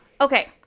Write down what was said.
Okay